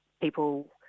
people